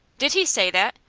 did he say that?